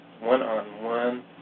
one-on-one